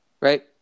Right